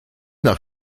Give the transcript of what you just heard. nach